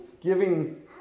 giving